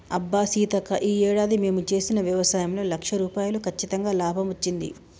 అబ్బా సీతక్క ఈ ఏడాది మేము చేసిన వ్యవసాయంలో లక్ష రూపాయలు కచ్చితంగా లాభం వచ్చింది